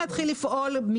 לפעול.